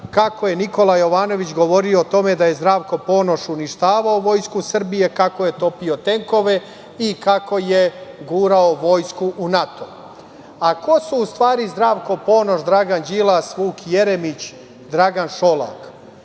kako je Nikola Jovanović govorio o tome da je Zdravko Ponoš uništavao Vojsku Srbije, kako je topio tenkove i kako je gurao Vojsku u NATO.Ko su u stvari Zdravko Ponoš, Dragan Đilas, Vuk Jeremić, Dragan Šolak?